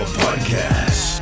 podcast